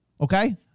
okay